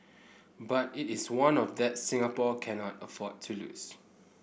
but it is one of that Singapore cannot afford to lose